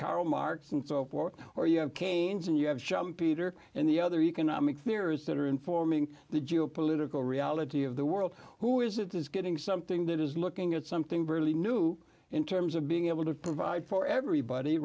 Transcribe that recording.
karl marx and so forth or you have keynes and you have schumpeter and the other economic fears that are informing the geo political reality of the world who is it is getting something that is looking at something barely new in terms of being able to provide for everybody